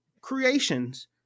creations